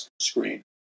screen